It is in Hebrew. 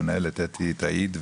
המנהלת אתי תעיד,